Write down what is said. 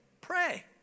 Pray